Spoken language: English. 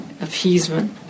appeasement